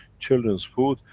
children's food,